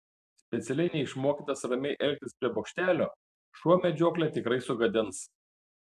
specialiai neišmokytas ramiai elgtis prie bokštelio šuo medžioklę tikrai sugadins